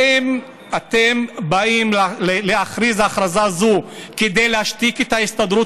האם אתם באים להכריז הכרזה זו כדי להשתיק את ההסתדרות,